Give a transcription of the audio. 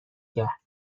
کرد